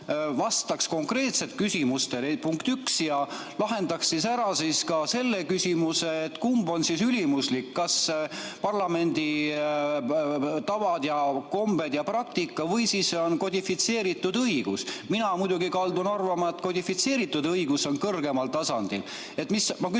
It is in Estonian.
vastaks konkreetselt küsimustele, punkt üks, ja lahendaks ära ka selle küsimuse, et kumb on ülimuslik, kas parlamendi tavad, kombed ja praktika või kodifitseeritud õigus. Mina muidugi kaldun arvama, et kodifitseeritud õigus on kõrgemal tasandil. Ma küsin